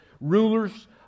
rulers